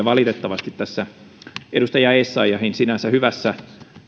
valitettavasti tässä edustaja essayahin sinänsä hyvässä